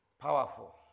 powerful